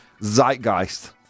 zeitgeist